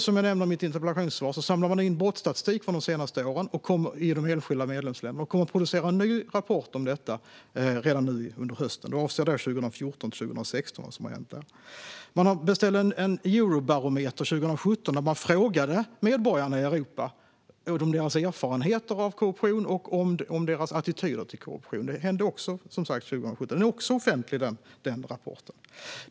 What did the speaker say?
Som jag nämnde i mitt interpellationssvar samlar man nu in brottsstatistik från de senaste åren i de enskilda medlemsländerna, och man kommer att producera en ny rapport om detta redan under hösten. Det avser perioden 2014-2016. År 2017 beställde man en eurobarometer där man frågade medborgarna i Europa om deras erfarenheter av korruption och om deras attityder till korruption. Det hände som sagt 2017, och även den rapporten är offentlig.